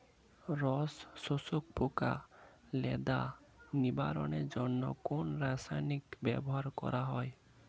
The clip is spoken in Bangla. রস শোষক পোকা লেদা নিবারণের জন্য কোন রাসায়নিক ব্যবহার করা হয়?